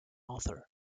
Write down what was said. author